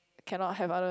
cannot have other